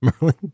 Merlin